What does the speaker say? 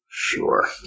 Sure